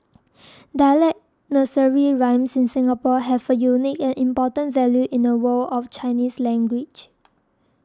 dialect nursery rhymes in Singapore have a unique and important value in the world of Chinese language